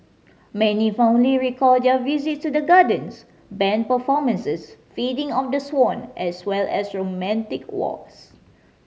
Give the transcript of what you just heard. many fondly recalled their visit to the gardens band performances feeding of the swan as well as romantic walks